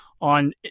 on